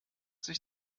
sich